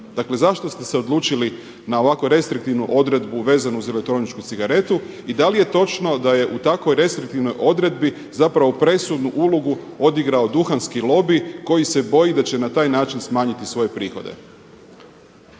Dakle zašto ste se odlučili na ovako restriktivnu odredbu vezanu uz elektroničku cigaretu i da li je točno da je u takvoj restriktivnoj odredbi zapravo presudnu ulogu odigrao duhanski lobi koji se boji da će na taj način smanjiti svoje prihode.